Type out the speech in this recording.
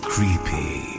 Creepy